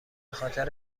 خاطر